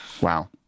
Wow